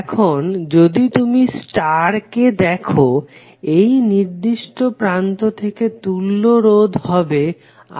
এখন যদি তুমি স্টারকে দেখো এই নির্দিষ্ট প্রান্ত থেকে তুল্য রোধ হবে R1R3